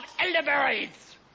elderberries